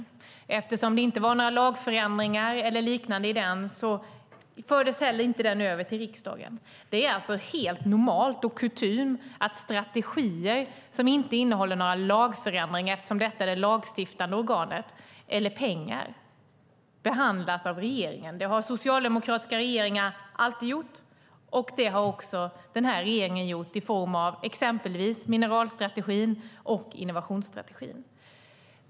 Eftersom den inte innehöll några lagförändringar eller liknande fördes den inte heller över till riksdagen. Det är alltså helt normalt, en kutym, att strategier som inte innehåller några förslag om lagförändringar - detta är ju det lagstiftande organet - eller om pengar behandlas av regeringen. Det har socialdemokratiska regeringar alltid gjort, och det har också den här regeringen gjort i fråga om exempelvis mineralstrategin och innovationsstrategin.